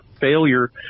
failure